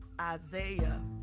Isaiah